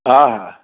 हा